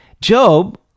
Job